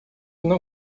não